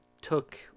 took